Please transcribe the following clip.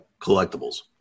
collectibles